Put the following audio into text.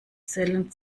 zellen